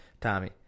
Tommy